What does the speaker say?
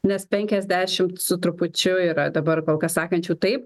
nes penkiasdešimt su trupučiu yra dabar kol kas sakančių taip